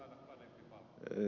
niin ed